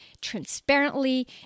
transparently